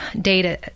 data